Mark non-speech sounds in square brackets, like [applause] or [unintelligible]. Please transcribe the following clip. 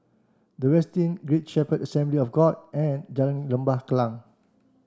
The Westin [unintelligible] Shepherd Assembly of God and Jalan Lembah Kallang